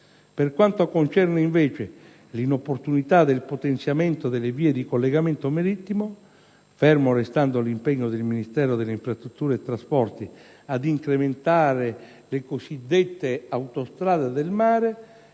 Per quanto concerne invece l'opportunità del potenziamento delle vie di collegamento marittimo, fermo restando l'impegno del Ministero delle infrastrutture e trasporti ad incrementare le cosiddette autostrade del mare,